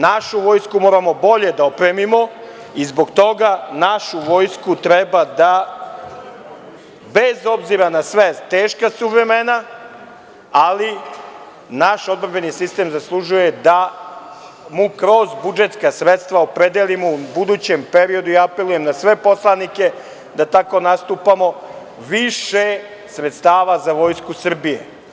Našu Vojsku moramo bolje da opremimo i zbog toga našu Vojsku treba da, bez obzira na sve, teška su vremena, ali naš odbrambeni sistem zaslužuje da mu kroz budžetska sredstva opredelimo u budućem periodu i apelujem na sve poslanike da tako nastupamo, više sredstava za Vojsku Srbije.